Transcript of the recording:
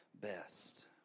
best